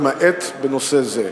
למעט בנושא זה.